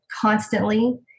constantly